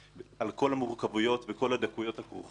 על כל המורכבויות וכל הדקויות הכרוכות בהן.